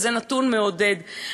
וזה נתון מעודד,